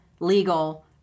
Legal